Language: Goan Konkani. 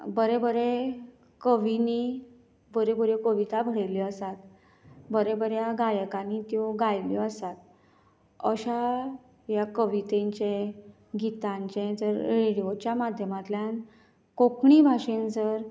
बरें बरें कवींनी बऱ्यो बऱ्यो कविता बरयल्यो आसात बऱ्या बऱ्या गायकांनी त्यो गायिल्यो आसात अश्या ह्या कवितेंचे गीतांचे जर रेडिओच्या माध्यमांतल्यान कोंकणी भाशेन जर